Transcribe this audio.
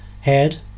head